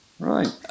Right